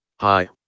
Hi